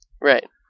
Right